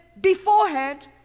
beforehand